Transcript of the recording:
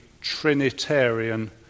Trinitarian